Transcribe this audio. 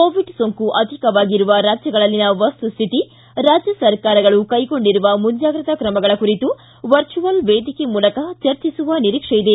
Covid ಸೋಂಕು ಅಧಿಕವಾಗಿರುವ ರಾಜ್ಜಗಳಲ್ಲಿನ ವಸ್ತುಸ್ತಿತಿ ರಾಜ್ಜ ಸರ್ಕಾರಗಳು ಕೈಗೊಂಡಿರುವ ಮುಂಜಾಗ್ರತಾ ಕ್ರಮಗಳ ಕುರಿತು ವರ್ಚುವಲ್ ವೇದಿಕೆ ಮೂಲಕ ಚರ್ಚಿಸುವ ನಿರೀಕ್ಷೆ ಇದೆ